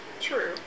True